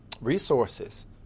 resources